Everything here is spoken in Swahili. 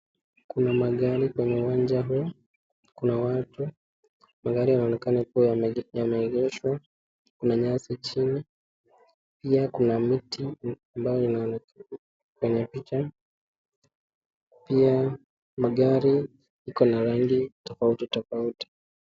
Kuna magari kwenye uwanja huu, kuna watu. Magari yanaonekana kuwa yameegeshwa kuna nyasi chini, pia kuna miti ambayo inaonekana kwenye picha. Pia magari iko na rangi tofauti tofauti.